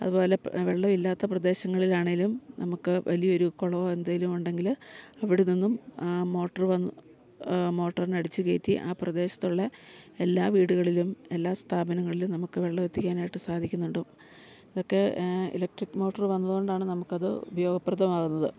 അതുപോലെ പ് വെള്ളം ഇല്ലാത്ത പ്രദേശങ്ങളിലാണേലും നമുക്ക് വലിയൊരു കുളവോ എന്തേലും ഉണ്ടെങ്കിൽ അവിടെ നിന്നും മോട്ടറ് വന്ന് മോട്ടറിനടിച്ച് കേറ്റി ആ പ്രദേശത്തുള്ള എല്ലാ വീടുകളിലും എല്ലാ സ്ഥാപനങ്ങളിലും നമുക്ക് വെള്ളം എത്തിക്കാനായിട്ട് സാധിക്കുന്നുണ്ട് ഒക്കെ ഇലക്ട്രിക് മോട്ടറ് വന്നത് കൊണ്ടാണ് നമുക്കത് ഉപയോഗപ്രദമാകുന്നത്